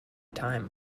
time